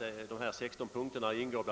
I de 16 punkterna ingår bestämmelser vilkas efterlevnad det kan bli svårt att kontrollera.